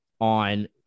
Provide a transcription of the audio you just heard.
on